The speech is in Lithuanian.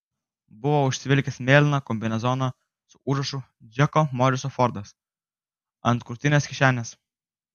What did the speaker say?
buvo užsivilkęs mėlyną kombinezoną su užrašu džeko moriso fordas ant krūtinės kišenės